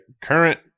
current